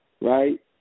right